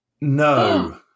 No